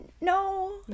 no